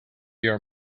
your